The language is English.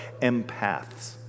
empaths